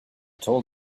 told